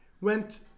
went